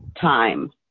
time